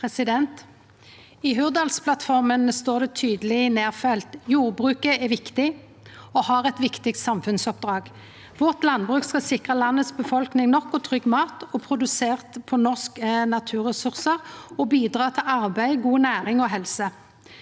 I Hurdalsplatt- forma står det tydeleg nedfelt at jordbruket er viktig og har eit viktig samfunnsoppdrag. Landbruket vårt skal sikre befolkninga nok og trygg mat produsert på norske naturressursar og bidra til arbeid, god ernæring og helse.